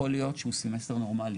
יכול להיות שהוא סמסטר נורמלי